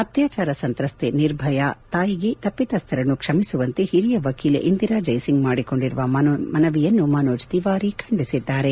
ಅತ್ಯಾಚಾರ ಸಂತ್ರಸ್ಥೆ ನಿರ್ಭಯಾ ತಾಯಿಗೆ ತಪ್ಪಿತಸ್ಥರನ್ನು ಕ್ಷಮಿಸುವಂತೆ ಹಿರಿಯ ವಕೀಲೆ ಇಂದಿರಾ ಜೈಸಿಂಗ್ ಮಾಡಿಕೊಂಡಿರುವ ಮನವಿಯನ್ನು ಮನೋಜ್ ತಿವಾರಿ ಖಂಡಿಸಿದ್ದಾರೆ